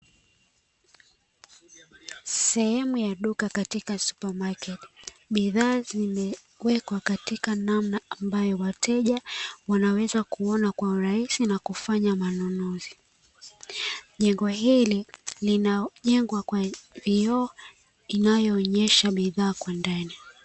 Sehemu ya duka katika (Super market) bidhaa zimeweka katika namna ambayo wateja wanaweza kuona kwa urahisi na kufanya manunuzi, jengo hili linajengwa kwa vioo vinavyoonesha bidhaa kwa ndani.